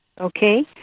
Okay